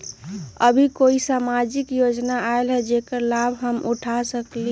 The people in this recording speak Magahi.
अभी कोई सामाजिक योजना आयल है जेकर लाभ हम उठा सकली ह?